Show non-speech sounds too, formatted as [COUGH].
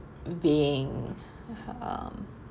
being [NOISE] um